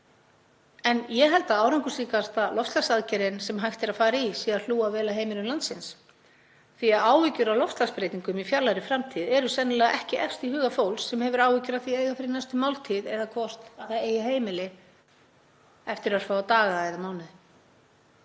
en ég held að árangursríkasta loftslagsaðgerðin sem hægt er að fara í sé að hlúa vel að heimilum landsins. Áhyggjur af loftslagsbreytingum í fjarlægri framtíð eru sennilega ekki efst í huga fólks sem hefur áhyggjur af því að eiga fyrir næstu máltíð eða hvort það eigi heimili eftir örfáa daga eða mánuði.